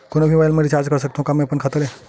कोनो भी मोबाइल मा रिचार्ज कर सकथव का अपन खाता ले?